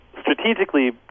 strategically